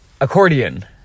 Accordion